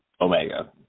Omega